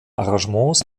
arrangements